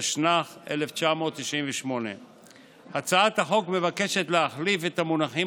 התשנ"ח 1998. הצעת החוק מבקשת להחליף את המונחים